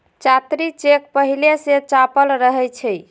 जात्री चेक पहिले से छापल रहै छइ